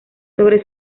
sobre